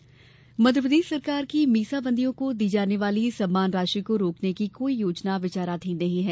मीसाबंदी मध्यप्रदेश सरकार की मीसाबंदियों को दी जाने वाली सम्मान राशि को रोकने की कोई योजना विचाराधीन नहीं है